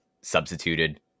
substituted